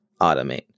automate